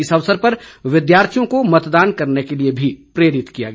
इस अवसर पर विद्यार्थियों को मतदान करने के लिए भी प्रेरित किया गया